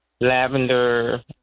lavender